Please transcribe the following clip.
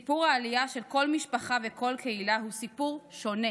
סיפור העלייה של כל משפחה וכל קהילה הוא סיפור שונה,